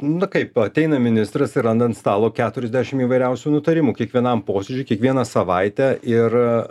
na kaip ateina ministras ir randa ant stalo keturiasdešim įvairiausių nutarimų kiekvienam posėdžiui kiekvieną savaitę ir